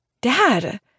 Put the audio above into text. Dad